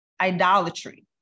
Idolatry